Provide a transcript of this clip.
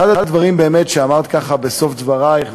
אחד הדברים שאמרת בסוף דברייך,